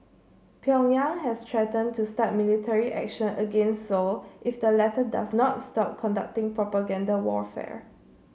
Pyongyang has threatened to start military action against Seoul if the latter does not stop conducting propaganda warfare